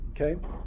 Okay